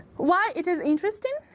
why it is interesting?